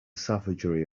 savagery